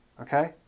Okay